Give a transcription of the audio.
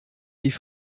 die